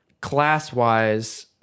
class-wise